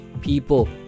people